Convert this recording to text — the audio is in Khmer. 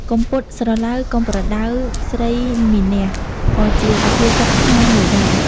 កុំពត់ស្រឡៅកុំប្រដៅស្រីមានះ ក៏ជាសុភាសិតខ្មែរមួយដែរ។